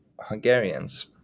Hungarians